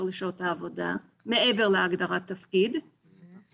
לשעות העבודה שלהן ומעבר להגדרת התפקיד שלהן